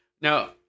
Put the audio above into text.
Now